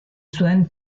zuen